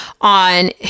on